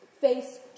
face